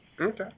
Okay